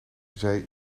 zij